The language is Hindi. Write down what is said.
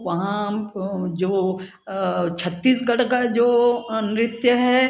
वहाँ जो छत्तीसगढ़ का जो नृत्य है